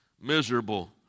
miserable